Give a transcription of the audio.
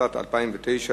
התשס"ט 2009,